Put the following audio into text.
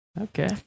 Okay